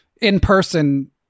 in-person